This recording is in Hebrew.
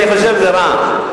אני חושב שזה רע,